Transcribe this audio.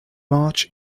march